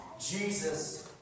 Jesus